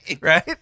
Right